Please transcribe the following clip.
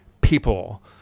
people